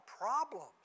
problems